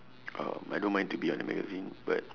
uh I don't mind to be on the magazine but